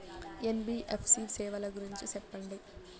NBFC సేవల గురించి సెప్పండి?